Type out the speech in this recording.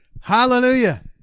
Hallelujah